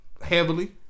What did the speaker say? heavily